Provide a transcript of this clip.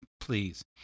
please